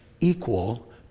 equal